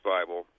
Bible